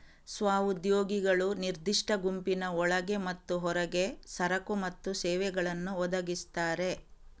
ಸ್ವ ಉದ್ಯೋಗಿಗಳು ನಿರ್ದಿಷ್ಟ ಗುಂಪಿನ ಒಳಗೆ ಮತ್ತು ಹೊರಗೆ ಸರಕು ಮತ್ತು ಸೇವೆಗಳನ್ನು ಒದಗಿಸ್ತಾರೆ